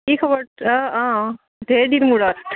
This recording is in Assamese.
কি খবৰ অঁ অঁ অঁ ঢেৰ দিন মূৰত